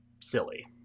silly